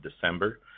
December